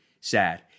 sad